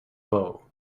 bow